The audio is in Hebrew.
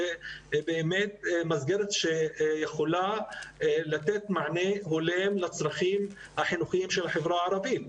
זאת מסגרת שיכולה לתת מענה הולם לצרכים החינוכיים של החברה הערבית.